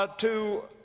ah to